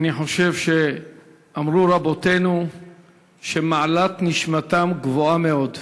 אני חושב שאמרו רבותינו שמעלת נשמתם גבוהה מאוד.